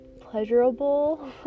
pleasurable